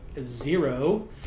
zero